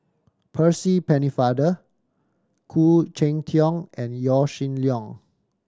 Percy Pennefather Khoo Cheng Tiong and Yaw Shin Leong